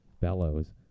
Bellows